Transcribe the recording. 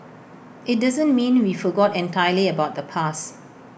IT doesn't mean we forgot entirely about the past